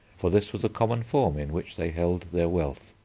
for this was a common form in which they held their wealth.